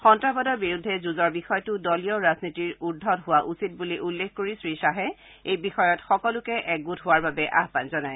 সন্ত্ৰাসবাদৰ বিৰুদ্ধে যুঁজৰ বিষয়টো দলীয় ৰাজনীতিৰ উৰ্ধত হোৱা উচিত বুলি উল্লেখ কৰি শ্ৰীশ্বাহে এই বিষয়ত সকলোকে একগোট হোৱাৰ বাবে আহান জনায়